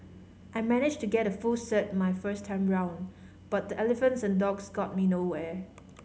I managed to get a full cert my first time round but the Elephants and Dogs got me nowhere